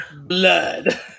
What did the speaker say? Blood